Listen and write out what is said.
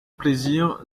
plaisir